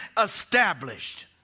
established